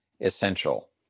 essential